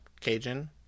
Cajun